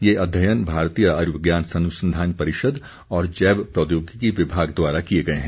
यह अध्ययन भारतीय आयुर्विज्ञान अनुसंधान परिषद और जैव प्रौद्योगिकी विभाग द्वारा किए गए हैं